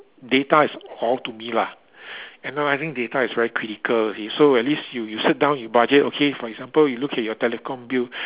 data is all to me lah analysing data is very critical you see so at least you sit down you budget okay for example you look at your telecom bill